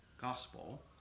gospel